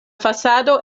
fasado